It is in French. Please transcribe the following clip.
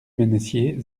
mennessier